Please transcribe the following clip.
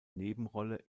nebenrolle